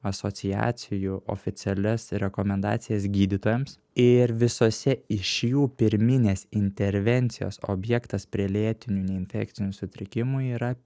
asociacijų oficialias rekomendacijas gydytojams ir visose iš jų pirminės intervencijos objektas prie lėtinių neinfekcinių sutrikimų yra